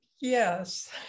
Yes